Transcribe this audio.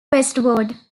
westward